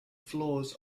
flaws